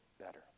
better